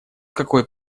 какой